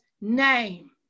name